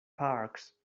parks